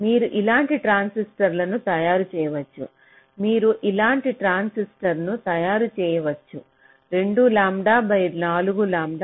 మీరు ఇలాంటి ట్రాన్సిస్టర్ను తయారు చేయవచ్చు మీరు ఇలాంటి ట్రాన్సిస్టర్ను తయారు చేయవచ్చు 2 లాంబ్డా బై 4 లాంబ్డా